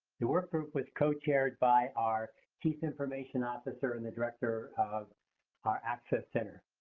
the work group was co-chaired by our chief information officer and the director of our access center.